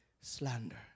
slander